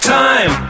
time